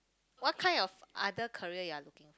what kind of other career you are looking